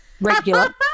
Regular